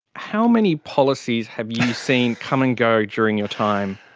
how many policies have you seen come and go during your time?